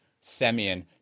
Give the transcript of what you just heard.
Semyon